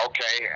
Okay